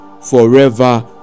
forever